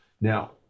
Now